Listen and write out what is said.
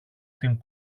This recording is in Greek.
την